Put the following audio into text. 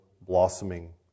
blossoming